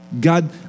God